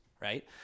Right